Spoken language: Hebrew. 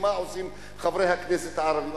מה עושים חברי הכנסת הערבים.